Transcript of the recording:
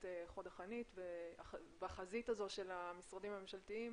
חוד החנית ובחזית הזאת של המשרדים הממשלתיים